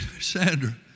Sandra